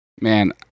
Man